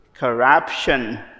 Corruption